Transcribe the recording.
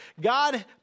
God